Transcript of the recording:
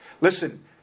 listen